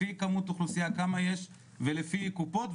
לפי כמות אוכלוסייה כמה יש ולפי קופות,